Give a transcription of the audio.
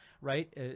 right